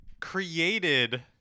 created